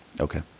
Okay